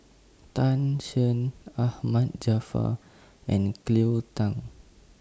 Tan Shen Ahmad Jaafar and Cleo Thang